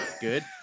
good